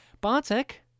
Bartek